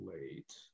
late